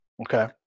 Okay